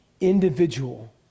individual